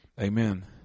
amen